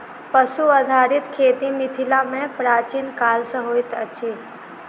पशु आधारित खेती मिथिला मे प्राचीन काल सॅ होइत अछि